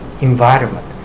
environment